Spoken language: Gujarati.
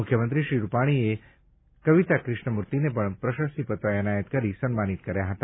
મુખ્યમંત્રી શ્રી રૂપાણીએ કવિતા કૃષ્ણમૂર્તિને પણ પ્રશસ્તિપત્ર એનાયત કરી સન્માનિત કર્યા હતા